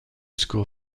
school